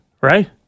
right